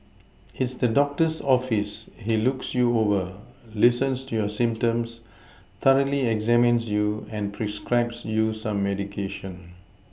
is the doctor's office he looks you over listens to your symptoms thoroughly examines you and prescribes you some medication